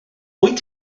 wyt